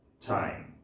time